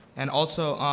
and also,